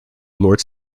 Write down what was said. lord